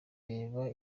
reba